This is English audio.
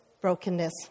brokenness